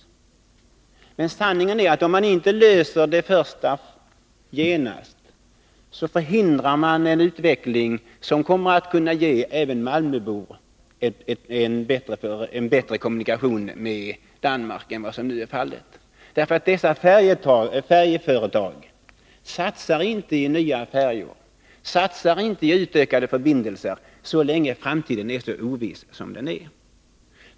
Sanningen är att om man inte löser det första problemet genast, förhindrar man den utveckling som kommer att kunna ge även malmöbor en bättre kommunikation med Danmark än vad som nu är fallet. De här verksamma färjeföretagen satsar inte i nya färjor, de satsar inte i utökade förbindelser så länge framtiden är så oviss som den är.